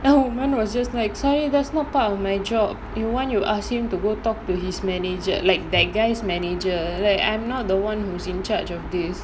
the woman was just like sorry that's not part of my job you want you ask him to go talk to his manager like that guy's manager like I'm not the [one] who's in charge of this